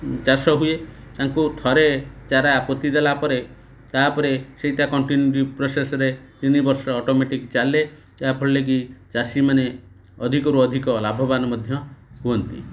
ଚାଷ ହୁଏ ତାଙ୍କୁ ଥରେ ଚାରା ପୋତିଦେଲା ପରେ ତାପରେ ସେଇଟା କଣ୍ଟିନ୍ୟୁଟି ପ୍ରୋସେସ୍ରେ ତିନି ବର୍ଷ ଅଟୋମେଟିକ୍ ଚାଲେ ଯାହାଫଳରେ କି ଚାଷୀମାନେ ଅଧିକରୁ ଅଧିକ ଲାଭବାନ ମଧ୍ୟ ହୁଅନ୍ତି